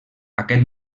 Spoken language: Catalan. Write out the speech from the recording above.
aquest